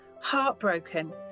heartbroken